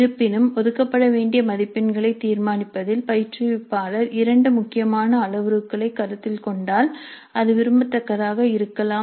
இருப்பினும் ஒதுக்கப்பட வேண்டிய மதிப்பெண்களை தீர்மானிப்பதில் பயிற்றுவிப்பாளர் இரண்டு முக்கியமான அளவுருக்களைக் கருத்தில் கொண்டால் அது விரும்பத்தக்கதாக இருக்கலாம்